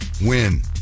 Win